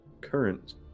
current